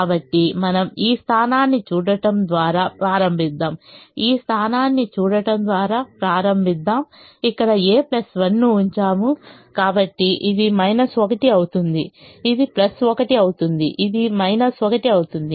కాబట్టి మనము ఈ స్థానాన్ని చూడటం ద్వారా ప్రారంభిద్దాం ఈ స్థానాన్ని చూడటం ద్వారా ప్రారంభిద్దాం ఇక్కడ a 1 ను ఉంచాము కాబట్టి ఇది 1 అవుతుంది ఇది 1 అవుతుంది మరియు ఇది 1 అవుతుంది